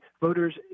voters